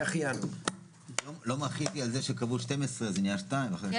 הישיבה ננעלה בשעה 15:14.